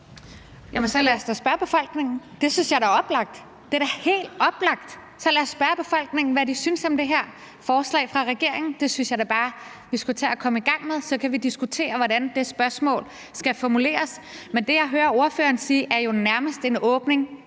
så lad os da spørge befolkningen. Det synes jeg da er oplagt. Det er da helt oplagt. Så lad os spørge befolkningen, hvad de synes om det her forslag fra regeringen. Det synes jeg da bare vi skulle tage og komme i gang med. Så kan vi diskutere, hvordan det spørgsmål skal formuleres. Men det, jeg hører ordføreren sige, er jo nærmest en åbning